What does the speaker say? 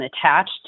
attached